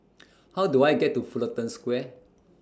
How Do I get to Fullerton Square